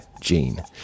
gene